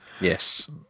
Yes